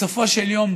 בסופו של יום,